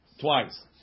twice